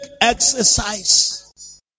exercise